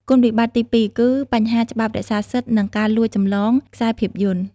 គុណវិបត្តិទីពីរគឺ បញ្ហាច្បាប់រក្សាសិទ្ធិនិងការលួចចម្លងខ្សែភាពយន្ត។